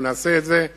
אנחנו נעשה את זה.